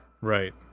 right